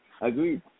Agreed